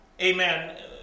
Amen